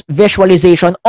visualization